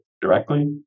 directly